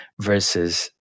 versus